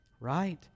right